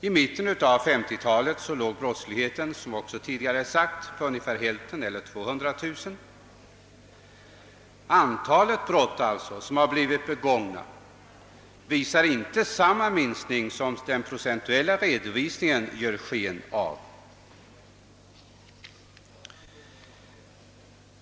Vid mitten av 1950-talet var antalet brott, vilket tidigare nämnts, ungefär hälften så stort, d. v. s. 200 000. Antalet begångna brott visar alltså inte samma minskning som den procentuella redovisningen ger sken av.